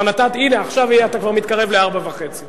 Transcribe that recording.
הנה, עכשיו אתה כבר מתקרב לארבע וחצי.